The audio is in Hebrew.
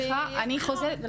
אז אני חוזרת בי.